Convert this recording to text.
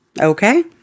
okay